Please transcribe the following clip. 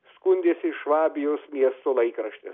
skundėsi švabijos miesto laikrašti